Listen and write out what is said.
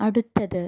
അടുത്തത്